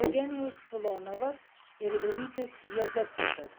eugenijus filonovas ir rytis jezepčikas